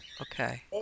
Okay